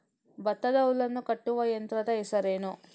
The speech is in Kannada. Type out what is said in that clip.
ಭತ್ತದ ಹುಲ್ಲನ್ನು ಕಟ್ಟುವ ಯಂತ್ರದ ಹೆಸರೇನು?